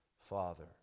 Father